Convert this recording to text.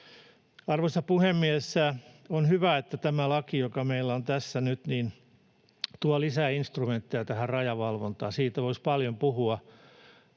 Arvoisa puhemies! On hyvä, että tämä laki, joka meillä on tässä nyt, tuo lisää instrumentteja tähän rajavalvontaan. Voisi paljon puhua